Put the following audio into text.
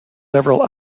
several